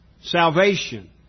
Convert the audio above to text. salvation